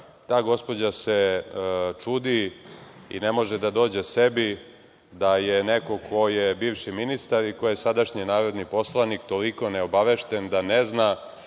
Ta gospođa se čudi i ne može da dođe sebi da je neko ko je bivši ministar i ko je sadašnji narodni poslanik toliko neobavešten da ne zna